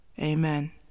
Amen